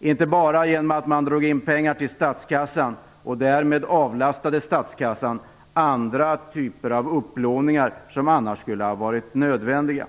inte bara genom att man drog in pengar till statskassan och därmed avlastade den, utan också genom att man slapp andra typer av upplåningar som annars skulle ha varit nödvändiga.